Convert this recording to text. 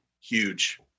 huge